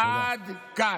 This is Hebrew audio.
עד כאן.